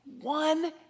One